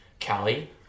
Callie